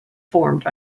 formed